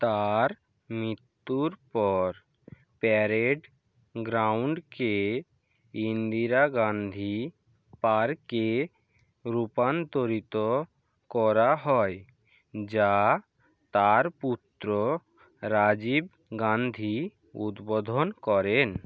তার মৃত্যুর পর প্যারেড গ্রাউন্ডকে ইন্দিরা গান্ধী পার্কে রূপান্তরিত করা হয় যা তার পুত্র রাজীব গান্ধী উদ্বোধন করেন